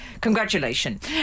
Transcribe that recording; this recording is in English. congratulations